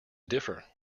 differ